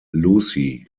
lucy